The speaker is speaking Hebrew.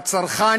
הצרכן,